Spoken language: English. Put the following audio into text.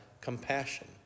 compassion